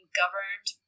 governed